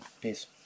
Peace